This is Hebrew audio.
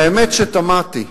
והאמת שתמהתי,